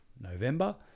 November